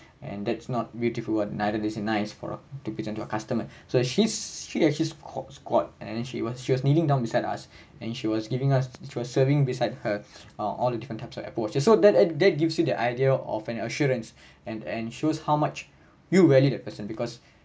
and that's not beautiful or neither this is nice product to present to a customer so she's she actually squat squat and then she was she was kneeling down beside us and she was giving us through a serving beside her oh all the different types of air pods so that that gives you the idea of an assurance and and shows how much you value that person because